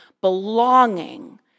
belonging